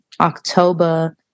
October